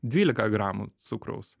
dvylika gramų cukraus